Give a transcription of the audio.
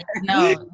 no